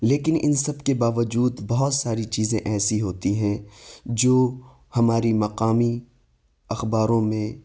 لیکن ان سب کے باوجود بہت ساری چیزیں ایسی ہوتی ہیں جو ہماری مقامی اخباروں میں